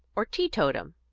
or teetotum,